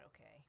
okay